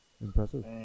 Impressive